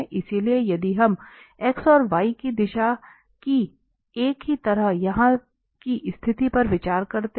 इसलिए यदि हम x और y की दिशा में एक की तरह यहां की स्थिति पर विचार करते हैं